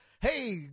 hey